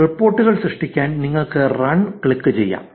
റിപ്പോർട്ടുകൾ സൃഷ്ടിക്കാൻ നിങ്ങൾക്ക് റൺ ക്ലിക്ക് ചെയ്യാം